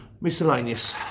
Miscellaneous